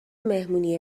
مهمونی